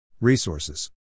Resources